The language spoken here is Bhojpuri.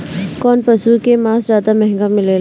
कौन पशु के मांस ज्यादा महंगा मिलेला?